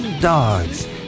dogs